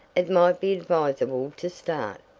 it might be advisable to start.